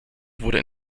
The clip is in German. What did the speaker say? wurde